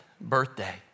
birthday